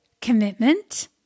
commitment